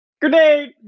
Grenade